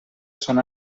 són